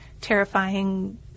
terrifying